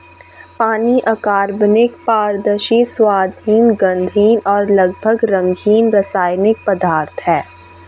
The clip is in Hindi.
पानी अकार्बनिक, पारदर्शी, स्वादहीन, गंधहीन और लगभग रंगहीन रासायनिक पदार्थ है